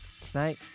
Tonight